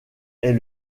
est